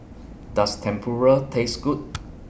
Does Tempura Taste Good